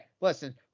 Listen